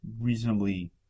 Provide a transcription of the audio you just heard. reasonably